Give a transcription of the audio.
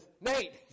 Nate